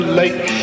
late